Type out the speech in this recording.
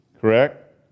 correct